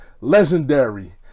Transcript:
Legendary